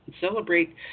celebrate